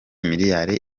miliyali